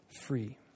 free